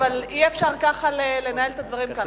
אבל אי-אפשר לנהל כאן את הדברים.